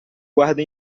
guarda